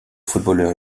footballeur